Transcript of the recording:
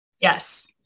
Yes